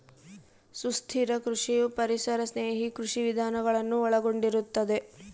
ಸುಸ್ಥಿರ ಕೃಷಿಯು ಪರಿಸರ ಸ್ನೇಹಿ ಕೃಷಿ ವಿಧಾನಗಳನ್ನು ಒಳಗೊಂಡಿರುತ್ತದೆ